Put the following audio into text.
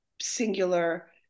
singular